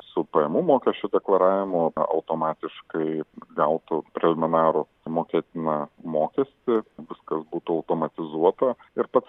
su pajamų mokesčio deklaravimu na automatiškai gautų preliminarų mokėtiną mokestį viskas būtų automatizuota ir pats